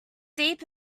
deep